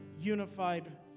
unified